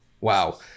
Wow